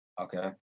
Okay